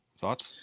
thoughts